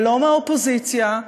ולא מהאופוזיציה,